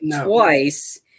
twice